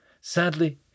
Sadly